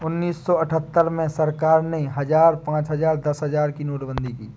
उन्नीस सौ अठहत्तर में सरकार ने हजार, पांच हजार, दस हजार की नोटबंदी की